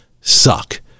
suck